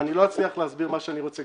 אני לא אצליח להסביר מה שאני רוצה,